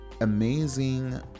amazing